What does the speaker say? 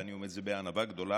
ואני אומר את זה בענווה גדולה,